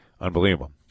unbelievable